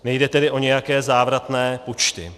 Nejde tedy o nějaké závratné počty.